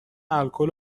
الکل